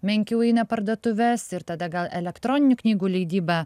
menkiau eina į parduotuves ir tada gal elektroninių knygų leidyba